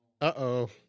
Uh-oh